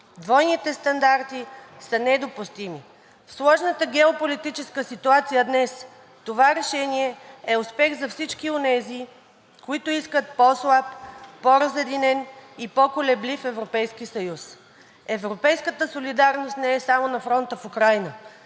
Двойните стандарти са недопустими. В сложната геополитическа ситуация днес това решение е успех за всички онези, които искат по-слаб, по-разединен и по-колеблив Европейски съюз. Европейската солидарност не е само на фронта в Украйна.